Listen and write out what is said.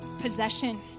possession